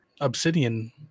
Obsidian